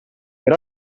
per